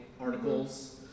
articles